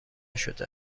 شده